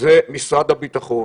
זה משרד הביטחון